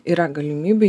yra galimybė